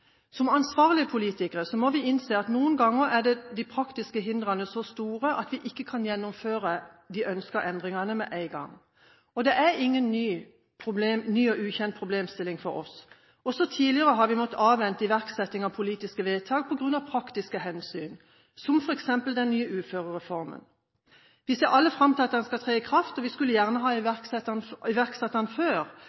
Som ansvarlige politikere må vi innse at noen ganger er de praktiske hindrene så store at vi ikke kan gjennomføre de ønskede endringene med en gang. Og det er ingen ny og ukjent problemstilling for oss. Også tidligere har vi måttet avvente iverksetting av politiske vedtak på grunn av praktiske hensyn, som f.eks. den nye uførereformen. Vi ser alle fram til at den skal tre i kraft, og vi skulle gjerne ha